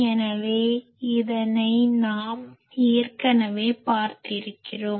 எனவே இதை நாம் ஏற்கனவே பார்த்திருக்கிறோம்